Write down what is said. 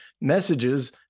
messages